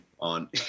on